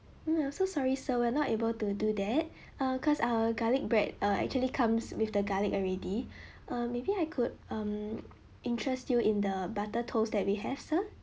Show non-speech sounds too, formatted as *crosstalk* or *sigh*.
mm I'm so sorry sir we're not able to do that uh cause uh garlic bread uh actually comes with the garlic already *breath* err maybe I could um interest you in the butter toast that we have sir